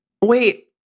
wait